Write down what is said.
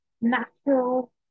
Natural